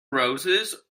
roses